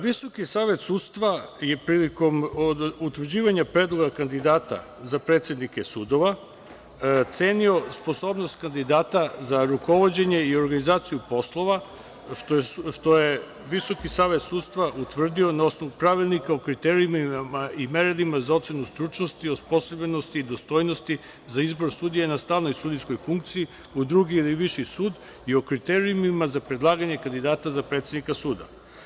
Visoki savet sudstva je prilikom utvrđivanja predloga kandidata za predsednike sudova cenio sposobnost kandidata za rukovođenje i organizaciju poslova, što je Visoki savet sudstva utvrdio na osnovu Pravilnika o kriterijumima i merilima za ocenu stručnosti, osposobljenosti i dostojnosti za izbor sudije na stalnoj sudijskoj funkciji u drugi ili viši sud i o kriterijumima za predlaganje kandidata za predsednika suda.